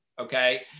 okay